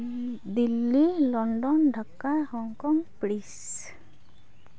Delhi London Dhaka Hong Kong Paris